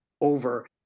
over